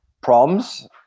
problems